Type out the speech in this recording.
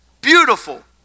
beautiful